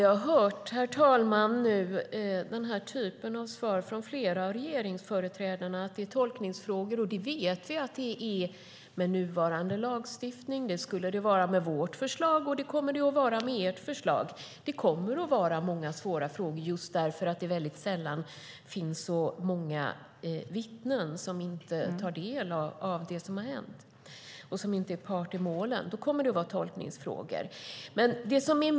Herr talman! Vi har hört denna typ av svar från flera av regeringsföreträdarna nu. Man säger att det är tolkningsfrågor. Vi vet att det är så med nuvarande lagstiftning. Det skulle det vara med vårt förslag, och det kommer det att vara med ert förslag. Det kommer att vara många svåra frågor och tolkningsfrågor just därför att det sällan finns vittnen som har tagit del av det som har hänt och som inte är part i målen.